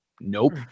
Nope